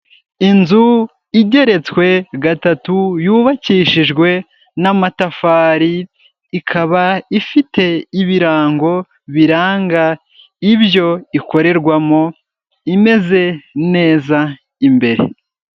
Inzu igeretswe gatatu yubakishijwe n'amatafari, ikaba ifite ibirango, biranga ibyo ikorerwamo, imeze neza imbere.